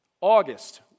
August